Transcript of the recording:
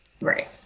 right